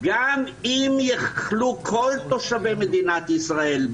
גם אם יחלו כל תושבי מדינת ישראל,